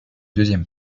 deuxième